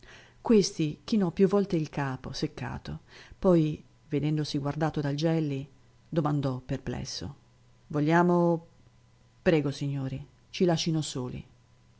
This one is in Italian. balla questi chinò più volte il capo seccato poi vedendosi guardato dal gelli domandò perplesso vogliamo prego signori ci lascino soli